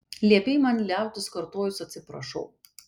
liepei man liautis kartojus atsiprašau